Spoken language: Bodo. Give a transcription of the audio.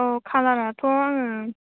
औ खालाराथ' आङो